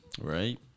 Right